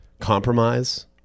compromise